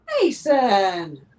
Mason